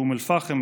באום אל-פחם,